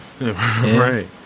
right